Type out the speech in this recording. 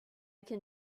can